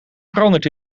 veranderd